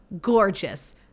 gorgeous